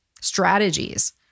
strategies